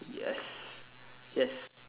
yes yes